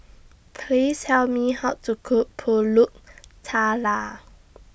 Please Tell Me How to Cook Pulut Tatal